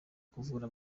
kuvura